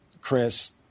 Chris